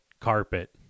carpet